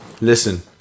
listen